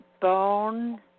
bone